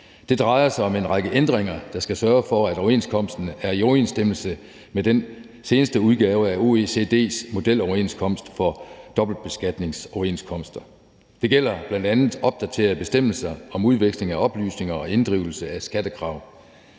Det drejer sig om en række ændringer, der skal sørge for, at overenskomsten er i overensstemmelse med den seneste udgave af OECD's modeloverenskomst for dobbeltbeskatningsoverenskomster. Det gælder bl.a. opdaterede bestemmelser om udveksling af oplysninger og inddrivelse af skattekrav.